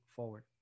forward